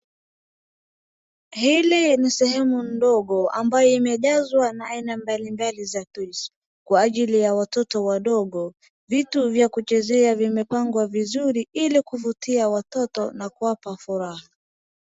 Hili ni sehemu ndodgo ambayo imejazwa na aina mbalimbali za toys kwa ajili ya watoto wadogo. Vitu vya kuchezea vimepangwa vizuri ili kuvutia watoto na kuwapa furaha.